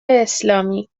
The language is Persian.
اسلامی